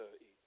eat